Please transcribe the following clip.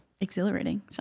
Exhilarating